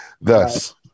thus